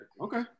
Okay